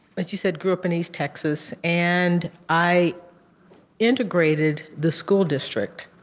but you said, grew up in east texas. and i integrated the school district.